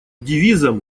девизом